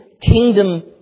Kingdom